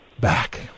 back